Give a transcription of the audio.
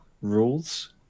rules